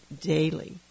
daily